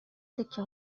سکه